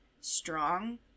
strong